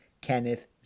Kenneth